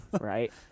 right